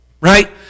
right